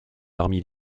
parmi